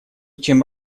чем